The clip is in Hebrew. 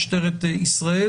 משטרת ישראל,